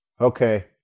okay